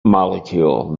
molecule